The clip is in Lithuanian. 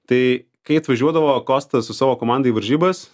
tai kai atvažiuodavo kostas su savo komanda į varžybas